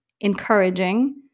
Encouraging